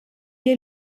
est